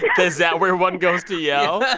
is that where one goes to yell?